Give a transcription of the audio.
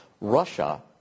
Russia